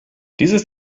dieses